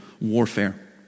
warfare